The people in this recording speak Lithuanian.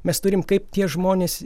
mes turim kaip tie žmonės